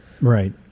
Right